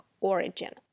origin